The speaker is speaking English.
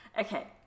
okay